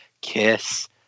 kiss